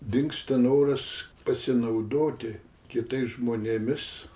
dingsta noras pasinaudoti kitais žmonėmis